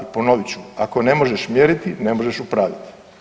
Ponovit ću, ako ne možeš mjeriti, ne možeš upravljati.